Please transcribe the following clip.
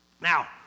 Now